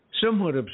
somewhat